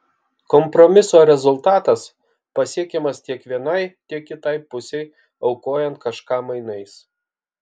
kompromiso rezultatas pasiekiamas tiek vienai tiek kitai pusei aukojant kažką mainais